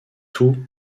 tout